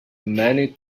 many